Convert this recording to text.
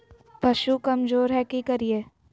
पशु कमज़ोर है कि करिये?